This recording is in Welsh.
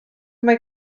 mae